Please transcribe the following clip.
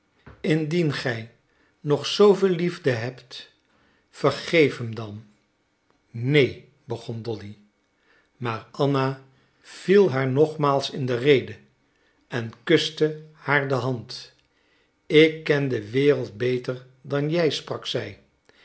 indien gij nog zooveel liefde hebt vergeef hem dan neen begon dolly maar anna viel haar nogmaals in de rede en kuste haar de hand ik ken de wereld beter dan gij sprak zij